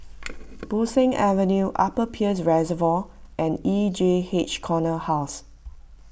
Bo Seng Avenue Upper Peirce Reservoir and E J H Corner House